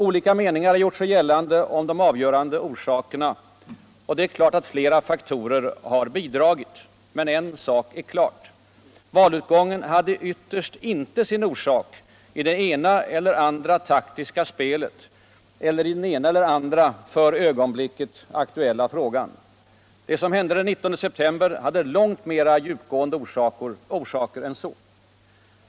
Olika meningar hur gjort sig gällande om de avgörande orsakerna, och det är klart avt Aera faktorer har bidragit. Men en sak är klar: Valutgången hade vytterst inte sin orsaåk I det ena eller andra taktiska spelet eller i den ena eller andra för ögonblicket uktuella frågan. Det som hände den 19 september hade långt mera djup Allmänpolitisk debatt Allmänpolitisk debatt gående orsaker än så.